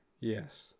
Yes